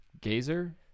Gazer